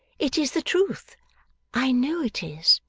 it is the truth i know it is.